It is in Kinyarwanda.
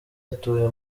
atuye